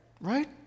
right